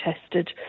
tested